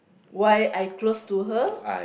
why I close to her